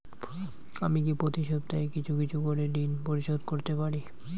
আমি কি প্রতি সপ্তাহে কিছু কিছু করে ঋন পরিশোধ করতে পারি?